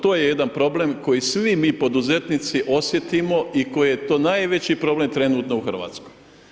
To je jedan problem koji svi mi poduzetnici osjetimo i koji je to najveći problem trenutno u Hrvatskoj.